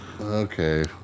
okay